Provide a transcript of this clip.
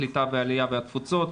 הקליטה והתפוצות,